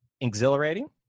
exhilarating